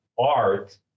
art